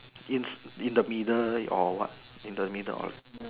in in the middle or what in the middle